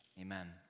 Amen